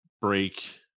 break